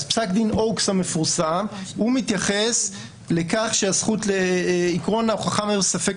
פסק דין אוקס המפורסם מתייחס לכך שהזכות לעיקרון ההוכחה מעל ספק